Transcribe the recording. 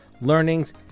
learnings